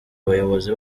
abayobozi